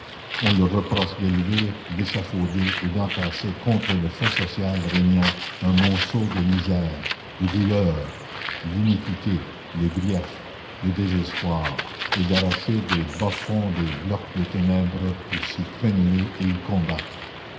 on leur reproche d'élever d'échafauder et d'entasser contre le fait social régnant un monceau de misères de douleurs d'iniquités de griefs de désespoirs et d'arracher des bas-fonds des blocs de ténèbres pour s'y créneler et y combattre